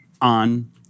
on